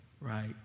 right